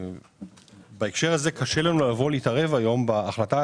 אני מבקש שתעביר את הדברים האלה